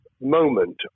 moment